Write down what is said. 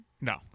No